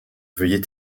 veuillez